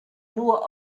nur